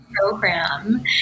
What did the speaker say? program